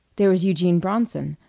there was eugene bronson,